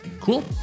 cool